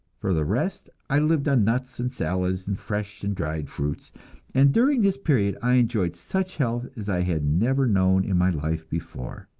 for the rest i lived on nuts and salads and fresh and dried fruits and during this period i enjoyed such health as i had never known in my life before.